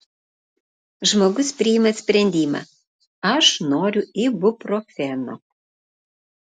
žmogus priima sprendimą aš noriu ibuprofeno